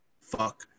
fuck